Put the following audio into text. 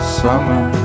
summer